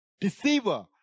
deceiver